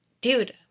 Dude